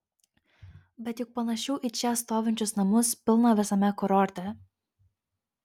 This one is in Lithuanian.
bet juk panašių į čia stovinčius namus pilna visame kurorte